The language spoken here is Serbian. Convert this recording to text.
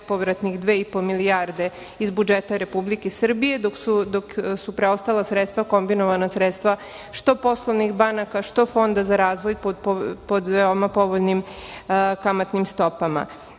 bespovratnih 2,5 milijarde iz budžeta Republike Srbije, dok su preostala sredstva kombinovana sredstava što poslovnih banaka, što Fonda za razvoj pod veoma povoljnim kamatnim stopama. Kao